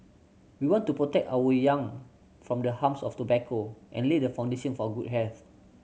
we want to protect our young from the harms of tobacco and lay the foundation for good health